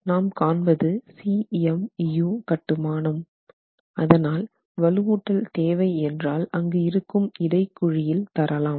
நாம் காண்பது CMU கட்டுமானம் அதனால் வலுவூட்டல் தேவை என்றால் அங்கு இருக்கும் இடைக்குழியில் தரலாம்